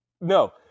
No